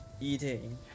eating